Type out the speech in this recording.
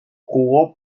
jugó